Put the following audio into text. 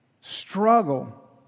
struggle